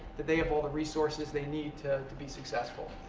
that they have all the resources they need to to be successful.